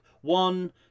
One